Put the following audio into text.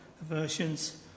versions